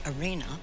arena